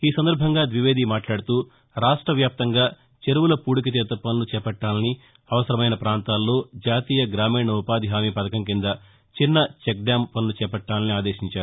ఈసందర్బంగా ద్వివేది మాట్లాడుతూ రాష్ట వ్యాప్తంగా చెరువుల పూడికతీత పనులు చేపట్టాలని అవసరమైన ప్రాంతాల్లో జాతీయ గ్రామీణ ఉపాధి హామీ పథకం కింద చిన్న చెక్ డ్యాం పనులు చేపట్టాలని ఆదేశించారు